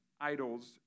idols